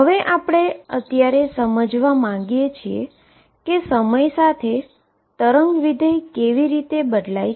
હવે આપણે સમજવા માંગીએ છીએ કે ટાઈમ સાથે વેવ ફંક્શન કેવી રીતે બદલાય છે